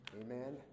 amen